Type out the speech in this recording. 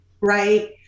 right